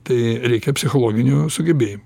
tai reikia psichologinių sugebėjimų